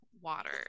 water